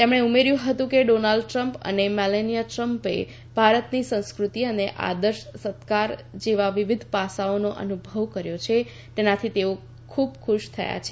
તેમણે ઉમેર્યું હતું કે ડીનાલ્ડ ટ્રમ્પ અને મેલાનિયા ટ્રમ્પે ભારતની સંસ્કૃતિ અને આદર્શ સત્કાર જેવા વિવિધ પાસાઓનો અનુભવ કર્યો છે તેનાથી તેઓ ખુબ ખુશ છે